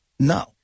No